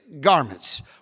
garments